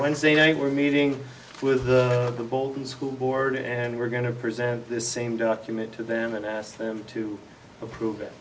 wednesday night we're meeting with the bolton school board and we're going to present the same document to them and ask them to approve